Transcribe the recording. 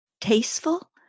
tasteful